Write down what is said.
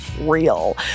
real